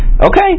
okay